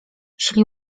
szli